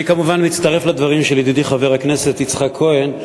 אני כמובן מצטרף לדברים של ידידי חבר הכנסת יצחק כהן.